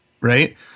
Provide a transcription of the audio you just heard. Right